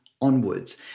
onwards